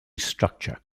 structure